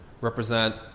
represent